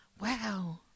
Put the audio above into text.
Wow